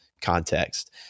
context